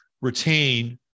retain